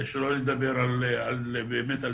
שלא לדבר על טיפול